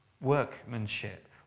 Workmanship